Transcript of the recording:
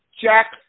Jack